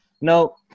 Now